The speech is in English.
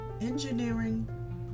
engineering